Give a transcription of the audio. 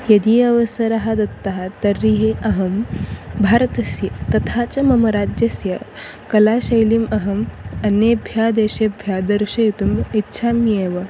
यदि अवसरः दत्तः तर्हि अहं भारतस्य तथा च मम राज्यस्य कलाशैलीम् अहम् अन्येभ्यः देशेभ्यः दर्शयितुम् इच्छाम्येव